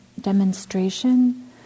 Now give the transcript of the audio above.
demonstration